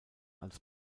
als